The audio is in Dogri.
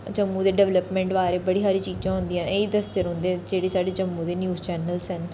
जम्मू दे डिपलेपमैंट बारै बड़ी हारी चीजां होंदियां ऐही दसदे रौंह्दे जेह्ड़े साढ़े जम्मू दे न्यूज चैनल्स न